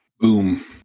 Boom